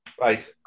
right